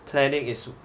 planning is